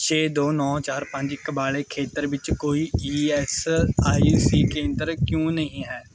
ਛੇ ਦੋ ਨੌ ਚਾਰ ਪੰਜ ਇੱਕ ਵਾਲੇ ਖੇਤਰ ਵਿੱਚ ਕੋਈ ਈ ਐੱਸ ਆਈ ਸੀ ਕੇਂਦਰ ਕਿਉਂ ਨਹੀਂ ਹੈ